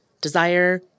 desire